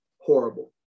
horrible